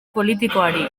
politikoari